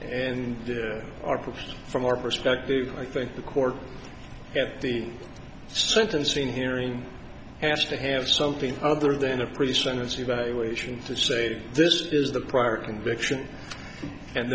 produced from our perspective i think the court at the sentencing hearing has to have something other than a pre sentence evaluation to say this is the prior conviction and